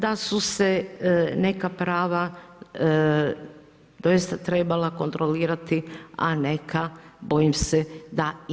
Da su se neka prava, doista trebala kontrolirati, a neka, bojim se da nisu.